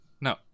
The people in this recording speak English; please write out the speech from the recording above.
No